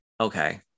okay